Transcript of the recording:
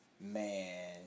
man